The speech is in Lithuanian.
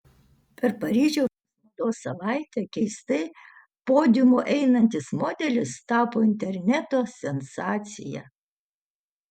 per paryžiaus mados savaitę keistai podiumu einantis modelis tapo interneto sensacija